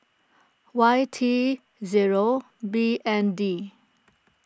Y T zero B N D